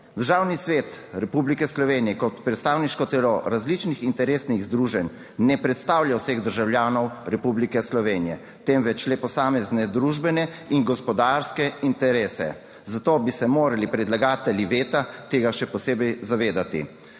Državni svet Republike Slovenije kot predstavniško telo različnih interesnih združenj ne predstavlja vseh državljanov Republike Slovenije, temveč le posamezne družbene in gospodarske interese, zato bi se morali predlagatelji veta tega še posebej zavedati.